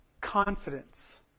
confidence